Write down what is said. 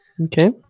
Okay